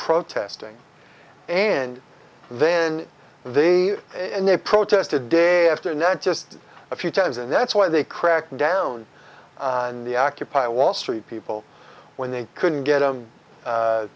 protesting and then they and they protested day after neck just a few times and that's why they cracked down on the occupy wall street people when they couldn't get them